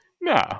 No